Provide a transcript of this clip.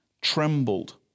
trembled